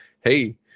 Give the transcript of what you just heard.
Hey